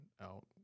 out